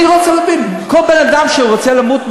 אני רוצה להבין: כל בן-אדם שרוצה למות,